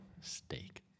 Steak